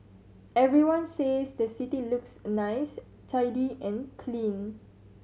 everyone says the city looks nice tidy and clean